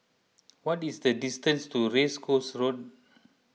what is the distance to Race Course Road